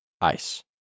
Ice